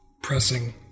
pressing